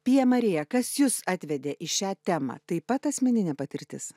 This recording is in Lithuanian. pija marija kas jus atvedė į šią temą taip pat asmeninė patirtis